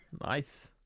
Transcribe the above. nice